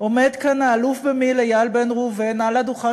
עומד כאן האלוף במיל' איל בן ראובן על הדוכן